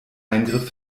eingriff